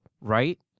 right